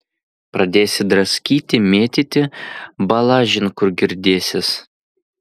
pradėsi draskyti mėtyti balažin kur girdėsis